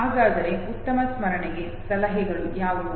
ಹಾಗಾದರೆ ಉತ್ತಮ ಸ್ಮರಣೆಗೆ ಸಲಹೆಗಳು ಯಾವುವು